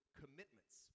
commitments